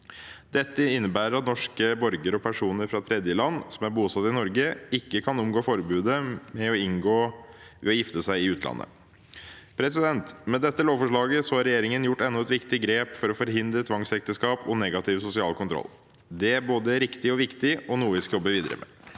Dette innebærer at norske borgere og personer fra tredjeland som er bosatt i Norge, ikke kan omgå forbudet ved å gifte seg i utlandet. Med dette lovforslaget har regjeringen gjort enda et viktig grep for å forhindre tvangsekteskap og negativ sosial kontroll. Det er både riktig og viktig og noe vi skal jobbe videre med.